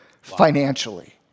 Financially